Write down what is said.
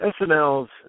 SNL's